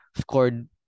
scored